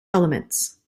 elements